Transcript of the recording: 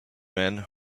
men